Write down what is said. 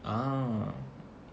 um